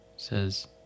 says